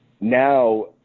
now